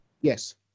yes